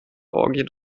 orgien